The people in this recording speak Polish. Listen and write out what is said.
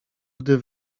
gdy